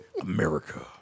America